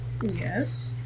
Yes